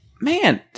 man